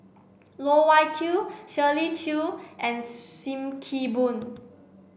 Loh Wai Kiew Shirley Chew and Sim Kee Boon